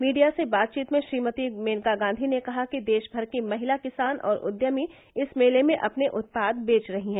media से बातवीत में श्रीमती मेनका गांधी ने कहा कि देश भर की महिला किसान और उद्यमी इस मेले में अपने उत्पाद बेच रही हैं